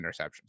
interceptions